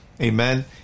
Amen